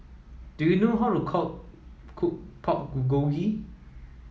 do you know how to cook Pork Bulgogi